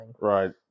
Right